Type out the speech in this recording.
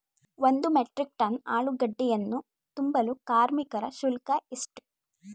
ಒಂದು metric ton ಆಲೂಗೆಡ್ಡೆಯನ್ನು ತುಂಬಲು ಕಾರ್ಮಿಕರ ಶುಲ್ಕ ಎಷ್ಟು?